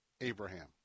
Abraham